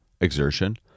exertion